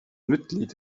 mitglied